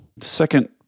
second